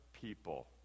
people